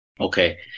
Okay